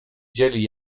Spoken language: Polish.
dzieli